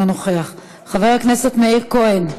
אינו נוכח, חבר הכנסת מאיר כהן,